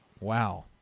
Wow